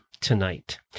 tonight